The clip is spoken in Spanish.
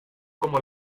como